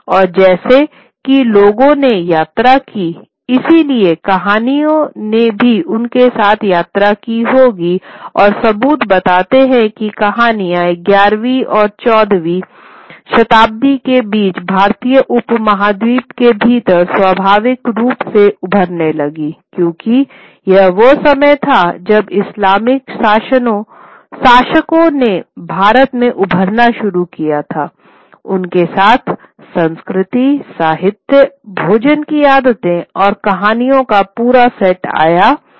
और जैसा कि लोगों ने यात्रा की इसलिए कहानियाँ ने उनके साथ यात्रा की होंगी और सबूत बताते हैं कि कहानियाँ ग्यारहवीं और चौदहवीं शताब्दी के बीच भारतीय उपमहाद्वीप के भीतर स्वाभाविक रूप से उभरने लगींक्योंकि यह वह समय था जब इस्लामिक शासकों ने भारत में उभरना शुरू किया था उनके साथ संस्कृति साहित्य भोजन की आदतें और कहानियों का पूरा सेट आया था